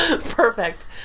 Perfect